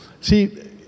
See